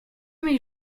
mes